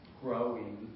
growing